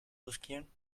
riskieren